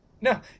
No